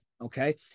Okay